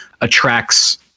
attracts